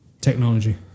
technology